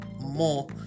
more